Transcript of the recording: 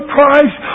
Christ